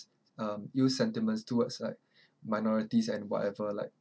uh ill sentiments towards like minorities and whatever like